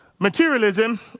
Materialism